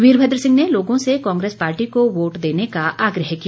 वीरभद्र सिंह ने लोगों से कांग्रेस पार्टी को वोट देने का आग्रह किया